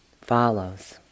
follows